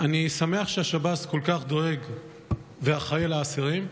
אני שמח ששב"ס כל כך דואג ואחראי לאסירים.